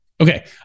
Okay